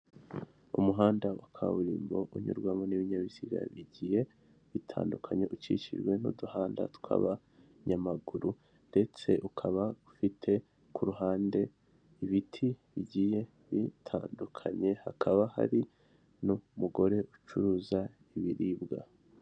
Umuhanda wa kaburimbo unyurwamo n'ibinyabiziga bigiye bitandukanye ukikijwe n'uduhanda tw'abanyamaguru, ndetse ukaba ufite ku ruhande ibiti bigiye bitandukanye, hakaba hari n'umugore ucuruza ibiribwa.